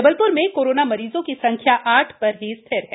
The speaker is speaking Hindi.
जबलप्र में कोरोना मरीजों की संख्या आठ र ही स्थिर है